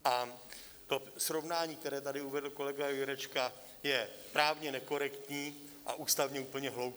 A to srovnání, které tady uvedl kolega Jurečka, je právně nekorektní a ústavně úplně hloupé.